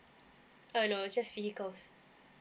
uh no just vehicles